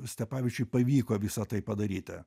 stepavičiui pavyko visą tai padaryti